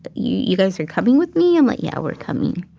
but you you guys are coming with me? i'm like, yeah, we're coming.